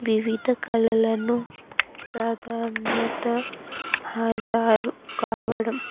వివిధ కళలను ప్రాధాన్యత హాజరు కావడం